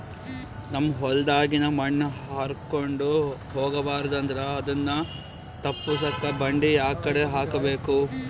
ನಮ್ ಹೊಲದಾಗಿನ ಮಣ್ ಹಾರ್ಕೊಂಡು ಹೋಗಬಾರದು ಅಂದ್ರ ಅದನ್ನ ತಪ್ಪುಸಕ್ಕ ಬಂಡಿ ಯಾಕಡಿ ಹಾಕಬೇಕು?